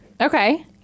Okay